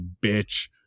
bitch